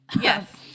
Yes